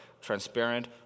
transparent